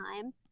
time